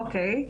אוקי,